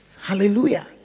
hallelujah